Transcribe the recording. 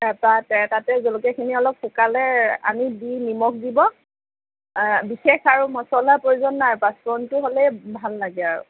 তাৰপৰা তাতে জলকীয়াখিনি অলপ শুকালে আনি দি নিমখ দিব বিশেষ আৰু মছলাৰ প্ৰয়োজন নাই পাঁচফোৰণটো হ'লেই ভাল লাগে আৰু